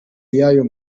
y’ayo